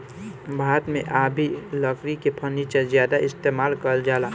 भारत मे आ भी लकड़ी के फर्नीचर ज्यादा इस्तेमाल कईल जाला